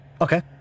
Okay